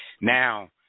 now